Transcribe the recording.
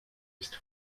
ist